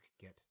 get